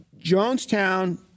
Jonestown